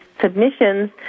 submissions